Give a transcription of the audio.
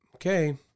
Okay